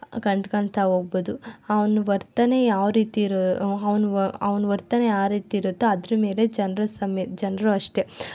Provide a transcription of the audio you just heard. ಕಂಡ್ಕೋತಾ ಹೋಗ್ಬೋದು ಅವ್ನ ವರ್ತನೆ ಯಾವ ರೀತಿ ಅವ್ನ ಇರು ಅವ್ನ ವರ್ತನೆ ಯಾವ ರೀತಿ ಇರುತ್ತೆ ಅದರ ಮೇಲೆ ಜನರು ಸಮೆ ಜನರು ಅಷ್ಟೆ